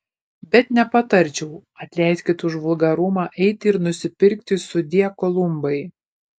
bet nepatarčiau atleiskit už vulgarumą eiti ir nusipirkti sudie kolumbai